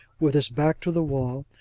with his back to the wall,